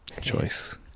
choice